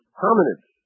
hominids